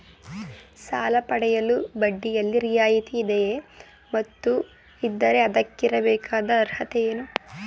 ಸಾಲ ಪಡೆಯಲು ಬಡ್ಡಿಯಲ್ಲಿ ರಿಯಾಯಿತಿ ಇದೆಯೇ ಮತ್ತು ಇದ್ದರೆ ಅದಕ್ಕಿರಬೇಕಾದ ಅರ್ಹತೆ ಏನು?